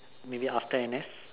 maybe after N_S